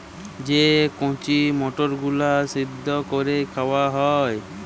যে কঁচি মটরগুলা সিদ্ধ ক্যইরে খাউয়া হ্যয়